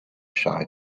shy